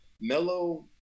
Melo